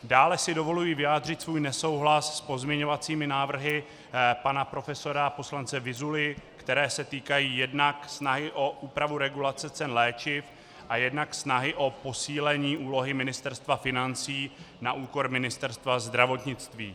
Dále si dovoluji vyjádřit svůj nesouhlas s pozměňovacími návrhy pana profesora poslance Vyzuly, které se týkají jednak snahy o úpravu regulace cen léčiv a jednak snahy o posílení úlohy Ministerstva financí na úkor Ministerstva zdravotnictví.